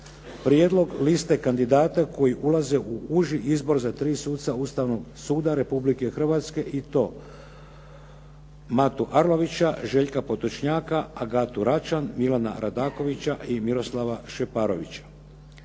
prijedlog liste kandidata koji ulaze u uži izbor za 3 suca Ustavnog suda Republike Hrvatske i to Matu Arlovića, Željka Potočnjaka, Agatu Račan, Milana Radakovića i Miroslava Šeparovića.